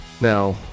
Now